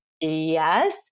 Yes